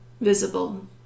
visible